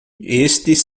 estes